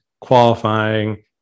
qualifying